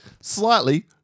Slightly